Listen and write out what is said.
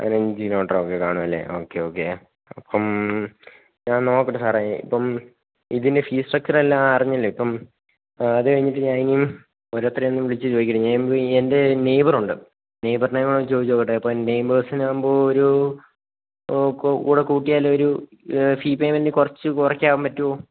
പതിനഞ്ച് കിലോമീറ്ററൊക്കെ കാണുമല്ലേ ഓക്കേ ഓക്കേ അപ്പം ഞാൻ നോക്കട്ടെ സാറേ ഇപ്പം ഇതിന് ഫീസ് സ്ട്രക്ച്ചറെല്ലാം അറിഞ്ഞില്ലേ അപ്പം അതുകഴിഞ്ഞിട്ട് ഞാനിനി ഓരോരുത്തരോട് വിളിച്ചുചോദിക്കട്ടെ ഞാനിപ്പം എൻ്റെ നെയ്ബർ ഉണ്ട് നെയ്ബറിനെ കൂടെ ചോദിച്ചുനോക്കട്ടെ അപ്പോള് നെയ്ബേർസിനാകുമ്പോള് ഒരു കൂടെ കൂട്ടിയാലൊരു ഫീ പേയ്മെൻറ്റ് കുറച്ച് കുറയ്ക്കാൻ പറ്റുമോ